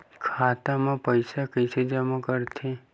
खाता म पईसा कइसे जमा करथे?